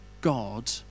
God